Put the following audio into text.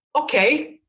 Okay